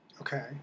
Okay